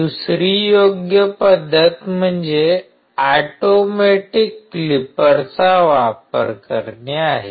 दुसरी योग्य पद्धत म्हणजे आटोमॅटिक क्लिपरचा वापर करणे आहे